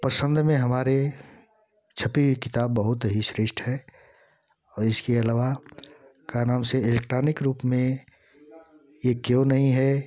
पसंद में हमारे छपी हुई किताब बहुत ही श्रेष्ठ है और इसके अलावा का नाम से एलेक्ट्रॉनिक रूप में ये क्यों नहीं है